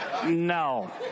No